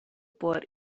por